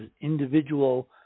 individual